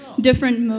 different